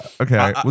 Okay